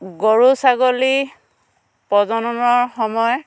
গৰু ছাগলীৰ প্ৰজননৰ সময়